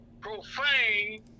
profane